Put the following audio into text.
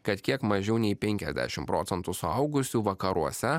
kad kiek mažiau nei penkiasdešim procentų suaugusių vakaruose